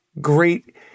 great